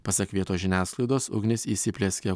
pasak vietos žiniasklaidos ugnis įsiplieskė